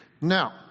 Now